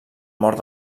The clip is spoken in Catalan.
mort